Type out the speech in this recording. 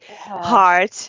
hard